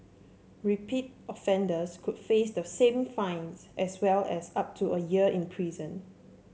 repeat offenders could face the same fine as well as up to a year in prison